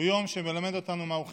הוא יום שמלמד אותנו מהו חסד.